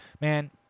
Man